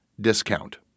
discount